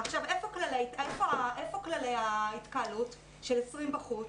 איפה כללי ההתקהלות של 20 בחוץ?